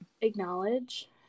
acknowledge